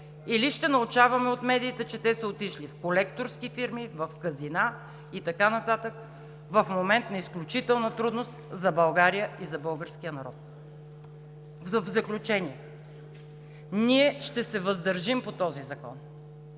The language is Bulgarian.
или ще научаваме от медиите, че те са отишли в колекторски фирми, в казина и така нататък в момент на изключителна трудност за България и за българския народ? В заключение, ние ще се въздържим по този закон,